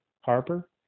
Harper